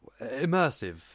immersive